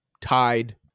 tied